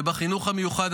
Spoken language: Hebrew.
ובחינוך המיוחד,